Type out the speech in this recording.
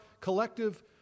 collective